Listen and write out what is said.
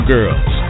Girls